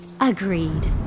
agreed